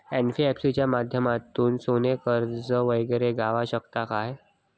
NBFC च्या माध्यमातून सोने कर्ज वगैरे गावात शकता काय?